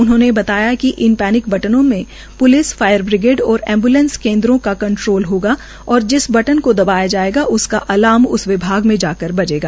उन्होंने बतायाकि इन पेनिक बटनों में प्लिस फायर ब्रिगेड और एम्ब्लेंस केन्द्रो का कंट्रोल होगा और जिस बटन को दबाया जायेगा उसका आलार्म उस विभाग में जाकर बजेगा